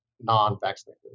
non-vaccinated